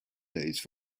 days